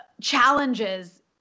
challenges